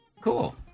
Cool